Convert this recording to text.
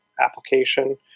application